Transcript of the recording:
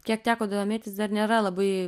kiek teko domėtis dar nėra labai